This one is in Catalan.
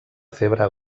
febre